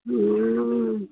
হুম